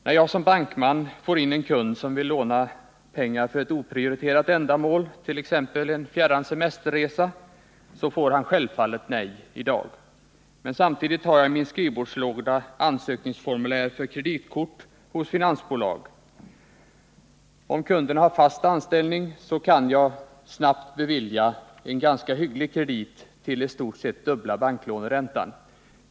När jag som bankman får in en kund som vill låna pengar för ett oprioriterat ändamål, t.ex. en fjärran semesterresa, får han självfallet nej i dag. Men samtidigt har jag i min skrivbordslåda ansökningsformulär för kreditkort hos finansbolag. Om kunden har fast anställning, kan jag snabbt bevilja en ganska hygglig kredit till i stort sett dubbla banklåneräntan.